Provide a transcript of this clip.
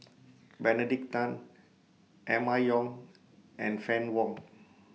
Benedict Tan Emma Yong and Fann Wong